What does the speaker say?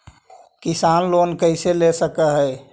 किसान लोन कैसे ले सक है?